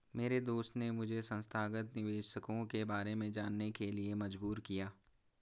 मेरे दोस्त ने मुझे संस्थागत निवेशकों के बारे में जानने के लिए मजबूर किया